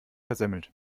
versemmelt